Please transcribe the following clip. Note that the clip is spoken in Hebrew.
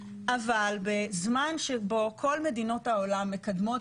אבל בזמן שבו כל מדינות העולם מקדמות